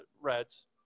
Reds